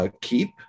Keep